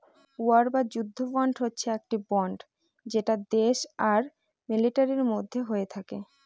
war বা যুদ্ধ bond হচ্ছে একটি বন্ড যেটা দেশ আর মিলিটারির মধ্যে হয়ে থাকে